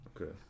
Okay